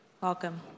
Welcome